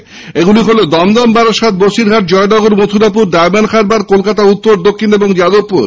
আসনগুলি হল দমদম বারাসাত বসিরহাট জয়নগর মখুরাপুর ডায়মন্ডহারবার কলকাতা উত্তর ও দক্ষিণ এবং যাদবপুর